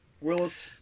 Willis